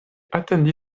atendi